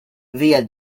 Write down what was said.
via